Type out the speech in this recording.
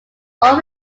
all